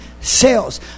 Cells